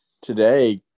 today